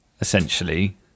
essentially